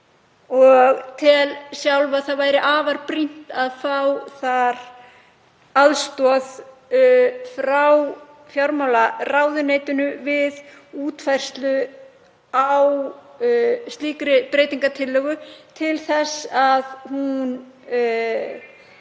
og tel sjálf að það væri afar brýnt að fá aðstoð frá fjármálaráðuneytinu við útfærslu á slíkri breytingartillögu til þess að hún